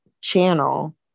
channel